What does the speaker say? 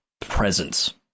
presence